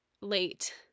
late